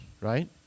right